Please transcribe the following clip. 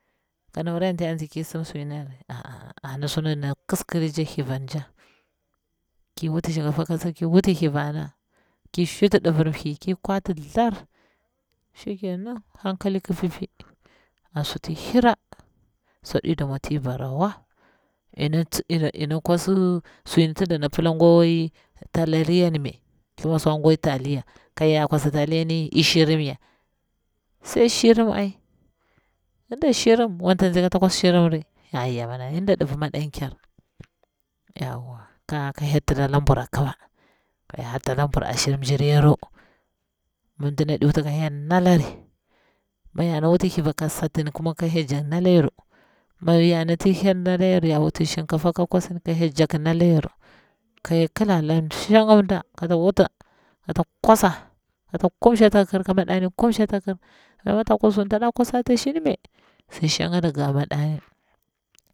Ka nawari anti ya tsi ki sim shgini yarini er, ana suna na kiskiri tcha thlivan tcha, ki wuti shinkafa ka tsir, ki wut thlivana, ki shuti ɗivir mthli ki kwati thar shikenan hankali ki pipi, an suti hira, swari damwa ti bara wa ina kwasi su in ti dana pila gwa tadariy n mai thima swa nga taliya, ka ya kwas taliyani i shirim nya sai shirim ai wala nyan shirim wanta nzi kata kwas shirin ri, yinda ɗivir madan ker, yawwa ka ka hyel tramta labur a kima, ka hyel harta labur ashir mjiryaru, mi dina ɗi wuti wa ka hyel nakiri mi yora wuti thliva ka satin tsuwa ka hyel jakti nala yari, mi yana wuti shinkafa ka kwasni, ka hyel jekti nda yaru, ka hyel kila laku ala mshanga mda kata wuta, kata kwasa kata kumshi ata kir, ka madani kumshi ata kir lamshi a ta kir gamadani